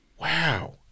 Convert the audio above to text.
Wow